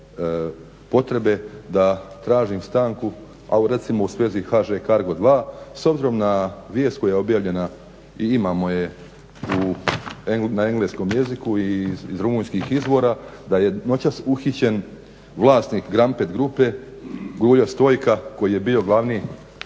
potrebe da tražim stanku a recimo u svezi HŽ Cargo 2 s obzirom na vijest koja je objavljena i imamo je na engleskom jeziku iz rumunjskih izvora da je noćas uhićen vlasnik GRAMPET GRUPE Gruia Stoica koji je bio glavni